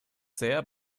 sehr